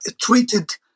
treated